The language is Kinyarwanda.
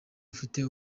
ufite